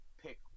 pick